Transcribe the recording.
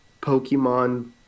Pokemon